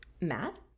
Matt